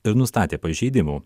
ir nustatė pažeidimų